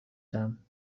دهم